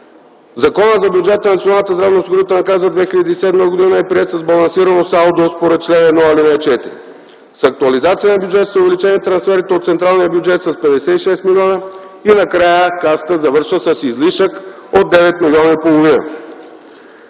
Законът за бюджета на Националната здравноосигурителна каса за 2007 г. е приет с балансирано салдо според чл. 1, ал. 4. С актуализацията на бюджета са увеличени трансферите от централния бюджет с 56 млн. лв. и накрая Касата завършва с излишък от 9,5 млн.